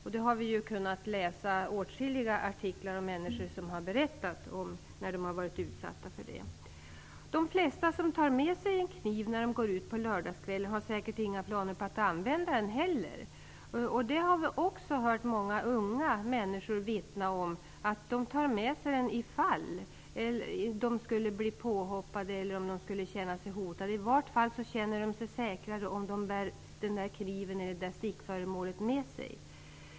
Vi har kunnat läsa åtskilliga artiklar där människor har berättat att de varit utsatta för det. De flesta som tar med sig en kniv när de går ut på lördagskvällen har säkert inga planer på att använda den. Vi har också hört många unga människor vittna om att de tar med sig den ifall de skulle bli påhoppade eller om de skulle känna sig hotade. De känner sig i varje fall säkrare om de bär kniven eller stickföremålet med sig.